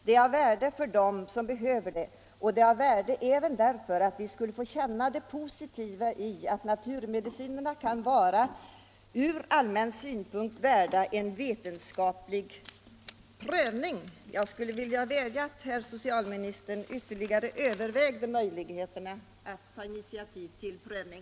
Det är av värde för dem som behöver det, och det är av värde även därför att vi skulle få känna det positiva i att naturmedicinerna ur allmän synpunkt kan vara värda en vetenskaplig prövning. Jag skulle alltså vilja vädja till herr socialministern att ytterligare överväga möjligheterna att ta initiativ till prövning.